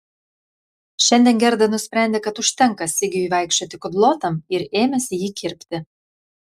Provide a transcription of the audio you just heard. šiandien gerda nusprendė kad užtenka sigiui vaikščioti kudlotam ir ėmėsi jį kirpti